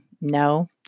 no